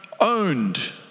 owned